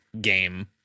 game